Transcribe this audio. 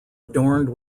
adorned